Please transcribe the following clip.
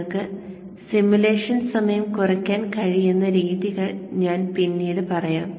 നിങ്ങൾക്ക് സിമുലേഷൻ സമയം കുറയ്ക്കാൻ കഴിയുന്ന രീതികൾ ഞാൻ പിന്നീട് പറയാം